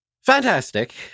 Fantastic